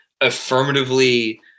affirmatively